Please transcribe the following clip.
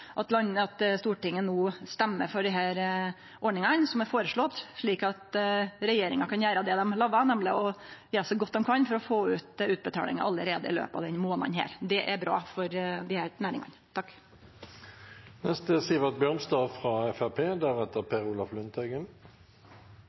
at Stortinget no stemmer for dei ordningane som er føreslåtte, slik at regjeringa kan gjere det dei lova, nemleg å gjere så godt dei kan for å få ut utbetalingar allereie i løpet av denne månaden. Det er bra for desse næringane.